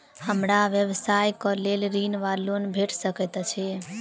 हमरा व्यवसाय कऽ लेल ऋण वा लोन भेट सकैत अछि?